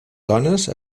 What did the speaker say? dones